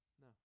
No